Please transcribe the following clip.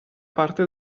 parte